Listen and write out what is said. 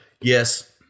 yes